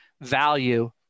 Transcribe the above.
value